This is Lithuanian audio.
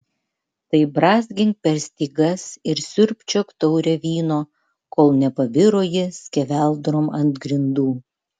tai brązgink per stygas ir siurbčiok taurę vyno kol nepabiro ji skeveldrom ant grindų